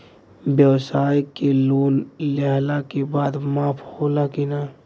ब्यवसाय के लोन लेहला के बाद माफ़ होला की ना?